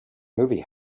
movie